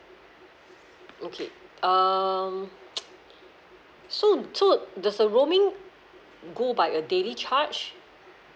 okay um so so does the roaming go by a daily charge